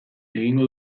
egingo